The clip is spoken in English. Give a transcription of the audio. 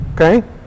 okay